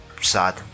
sad